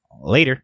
later